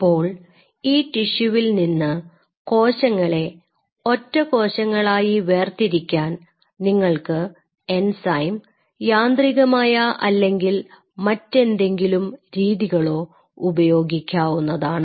അപ്പോൾ ഈ ടിഷ്യുവിൽ നിന്ന് കോശങ്ങളെ ഒറ്റ കോശങ്ങളായി വേർതിരിക്കാൻ നിങ്ങൾക്ക് എൻസൈം യാന്ത്രികമായ അല്ലെങ്കിൽ മറ്റെന്തെങ്കിലും രീതികളോ ഉപയോഗിക്കാവുന്നതാണ്